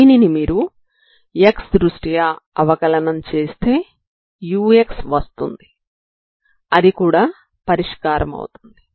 దీనిని మీరు x దృష్ట్యా అవకలనం చేస్తే ux వస్తుంది అది కూడా పరిష్కారమవుతుంది